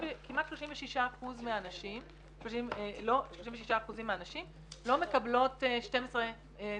כמעט 36% מהנשים לא מקבלות 12 תלושים.